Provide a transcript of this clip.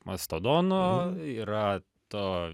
mastodono yra to